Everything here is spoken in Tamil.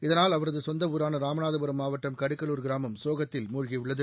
இதனால் அவரது சொந்த ஊரான ராமநாதபுரம் மாவட்டம் கடுக்கலூர் கிராமம் சோகத்தில் மூழ்கியுள்ளது